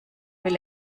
will